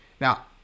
Now